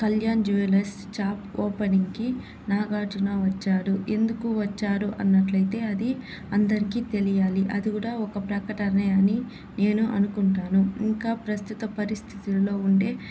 Kalyan jewellers shop ఓపెనింగ్కి నాగార్జున వచ్చాడు ఎందుకు వచ్చారు అన్నట్లయితే అది అందరికీ తెలియాలి అది కూడా ఒక ప్రకటనే అని నేను అనుకుంటాను ఇంకా ప్రస్తుత పరిస్థితుల్లో ఉండే